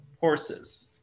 horses